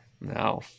No